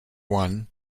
one